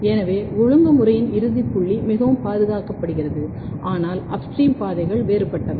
எனவே ஒழுங்குமுறையின் இறுதிப் புள்ளி மிகவும் பாதுகாக்கப்படுகிறது ஆனால் அப்ஸ்ட்ரீம் பாதைகள் வேறுபட்டவை